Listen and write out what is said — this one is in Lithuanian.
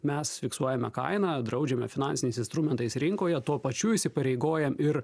mes fiksuojame kainą draudžiame finansiniais instrumentais rinkoje tuo pačiu įsipareigojam ir